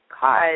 cause